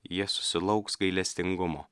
jie susilauks gailestingumo